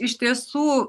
iš tiesų